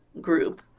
group